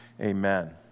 amen